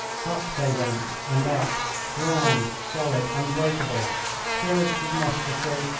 up they went and up grand, solid, unbreakable, scourged with musketry,